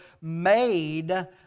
made